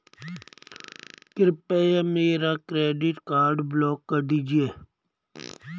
कृपया मेरा credit card block कर दीजिए